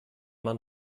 man